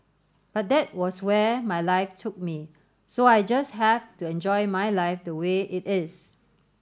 but that was where my life took me so I just have to enjoy my life the way it is